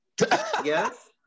yes